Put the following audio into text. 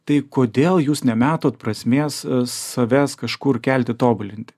tai kodėl jūs nematot prasmės savęs kažkur kelti tobulinti